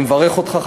אני מברך אותך,